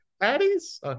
Patties